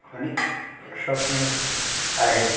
घणी शौक़ीन आहे